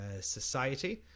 society